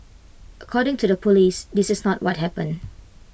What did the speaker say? according to the Police this is not what happened